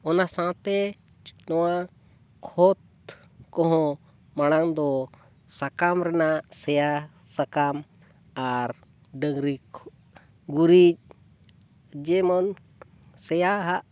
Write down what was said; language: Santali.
ᱚᱱᱟ ᱥᱟᱶᱛᱮ ᱱᱚᱣᱟ ᱠᱷᱚᱛ ᱠᱚᱦᱚᱸ ᱢᱟᱲᱟᱝ ᱫᱚ ᱥᱟᱠᱟᱢ ᱨᱮᱱᱟᱜ ᱥᱮᱭᱟ ᱥᱟᱠᱟᱢ ᱟᱨ ᱰᱟᱹᱝᱨᱤ ᱜᱩᱨᱤᱡ ᱡᱮᱢᱚᱱ ᱥᱮᱭᱟ ᱦᱟᱜ